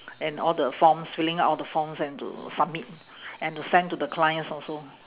and all the forms filling up all the forms and to submit and to send to the clients also